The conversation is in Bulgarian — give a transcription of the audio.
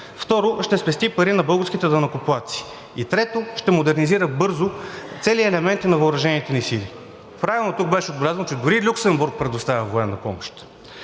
второ, ще спести пари на българските данъкоплатци, и трето, ще модернизира бързо цели елементи на въоръжените ни сили. Правилно тук беше отбелязано, че дори и Люксембург предоставя военна помощ.